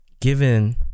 Given